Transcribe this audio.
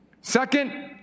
Second